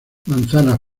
manzanas